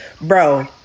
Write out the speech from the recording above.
bro